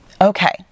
okay